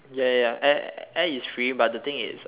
ya ya ya air air is free but the thing is